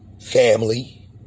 family